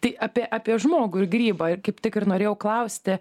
tai apie apie žmogų ir grybą kaip tik ir norėjau klausti